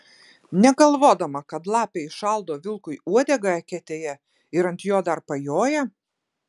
negalvodama kad lapė įšaldo vilkui uodegą eketėje ir ant jo dar pajoja